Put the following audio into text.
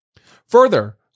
Further